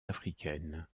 africaine